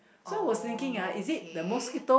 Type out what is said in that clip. okay